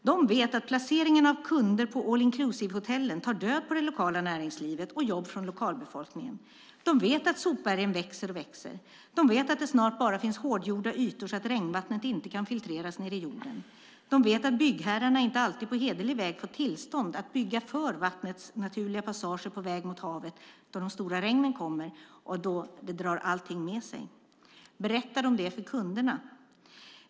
De vet att placeringen av kunder på all-inclusive-hotellen tar död på det lokala näringslivet och jobb från lokalbefolkningen. De vet att sopbergen växer och växer. De vet att det snart bara finns hårdgjorda ytor så att regnvattnet inte kan filtreras ned i jorden. De vet att byggherrarna inte alltid på hederlig väg får tillstånd att bygga för vattnets naturliga passager på väg mot havet när de stora regnen kommer och drar allting med sig. Berättar de det för kunderna?